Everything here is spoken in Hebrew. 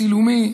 צילומי,